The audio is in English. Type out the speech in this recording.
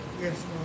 Yes